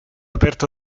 aperto